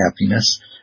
happiness